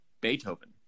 beethoven